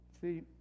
See